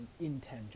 intangible